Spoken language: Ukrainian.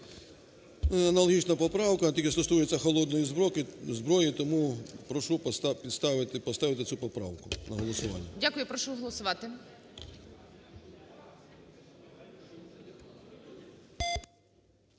Аналогічна поправка, тільки стосується холодної зброї, тому прошу поставити цю поправку на голосування. ГОЛОВУЮЧИЙ. Дякую. Прошу голосувати.